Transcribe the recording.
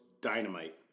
dynamite